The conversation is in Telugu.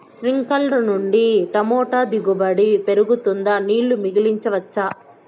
స్ప్రింక్లర్లు నుండి టమోటా దిగుబడి పెరుగుతుందా? నీళ్లు మిగిలించవచ్చా?